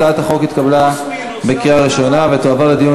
הצעת החוק התקבלה בקריאה ראשונה ותועבר לדיון